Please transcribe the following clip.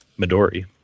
Midori